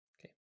Okay